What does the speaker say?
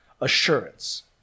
assurance